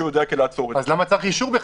אז למה צריך אישור?